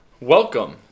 welcome